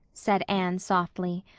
said anne softly,